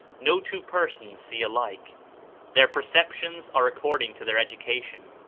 no two persons see alike their perceptions are according to their education.